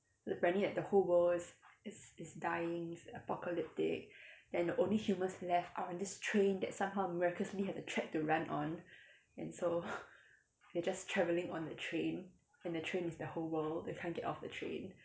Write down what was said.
apparently that the whole world is is dying it's apocalyptic then the only humans left are in this train that somehow miraculously has a track to run on and so they just travelling on the train and the train is the whole world they can't get off the train